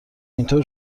اینطور